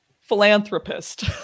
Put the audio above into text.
philanthropist